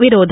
ವಿರೋಧ